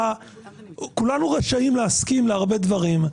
כולנו רשאים להסכים להרבה דברים,